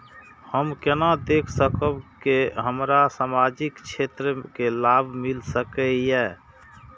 हम केना देख सकब के हमरा सामाजिक क्षेत्र के लाभ मिल सकैये?